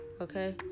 okay